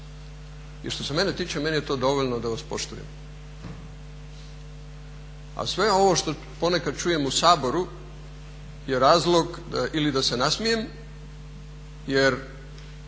I što se mene tiče meni je to dovoljno da vas poštujem. A sve ovo što ponekad čujem u Saboru je razlog ili da se nasmijem, jer